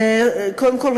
קודם כול,